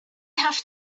have